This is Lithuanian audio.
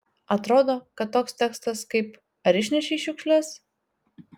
atrodo kad toks tekstas kaip ar išnešei šiukšles